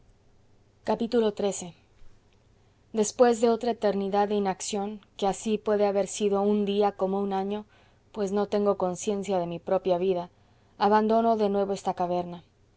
cuerpo xiii después de otra eternidad de inacción que así puede haber sido un día como un año pues no tengo conciencia de mi propia vida abandono de nuevo esta caverna